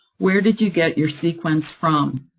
where did you get your sequence from?